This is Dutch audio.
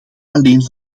alleen